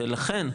ולכן,